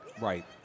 Right